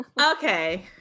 Okay